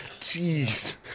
Jeez